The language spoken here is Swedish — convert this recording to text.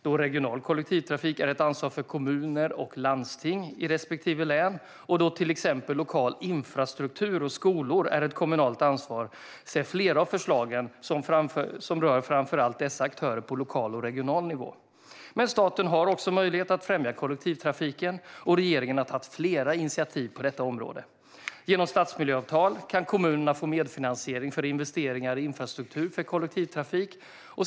Då regional kollektivtrafik är ett ansvar för kommuner och landsting i respektive län och då till exempel lokal infrastruktur och skolor är ett kommunalt ansvar är det flera av förslagen som framför allt rör dessa aktörer på lokal och regional nivå. Staten har också möjlighet att främja kollektivtrafiken, och regeringen har tagit flera initiativ på detta område. Genom stadsmiljöavtal kan kommunerna få medfinansiering för investeringar i infrastruktur för kollektivtrafik.